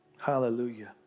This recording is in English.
Hallelujah